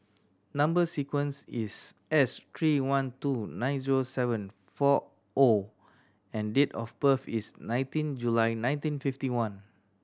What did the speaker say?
number sequence is S three one two nine zero seven four O and date of birth is nineteen July nineteen fifty one